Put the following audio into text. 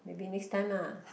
maybe next time ah